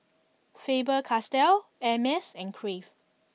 Faber Castell Hermes and Crave